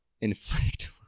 inflict